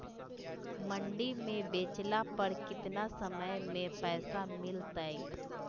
मंडी में बेचला पर कितना समय में पैसा मिलतैय?